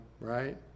right